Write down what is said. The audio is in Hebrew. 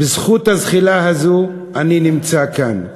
בזכות הזחילה הזאת אני נמצא כאן.